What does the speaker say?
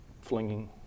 flinging